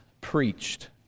preached